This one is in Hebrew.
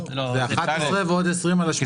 זה 11 ועוד 20 על ה-89.